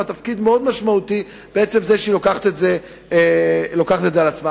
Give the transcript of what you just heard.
תפקיד מאוד משמעותי בעצם זה שהיא לוקחת את זה על עצמה.